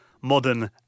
modern